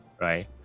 right